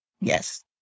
Yes